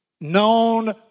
known